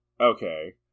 Okay